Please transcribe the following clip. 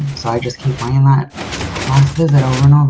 so, i just keep playing that last visit over and um